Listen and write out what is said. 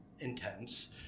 intense